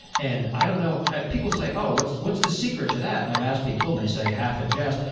and i don't know people say, oh, what's what's the secret to that? and i've asked people and they say half and just,